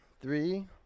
three